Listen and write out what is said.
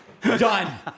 Done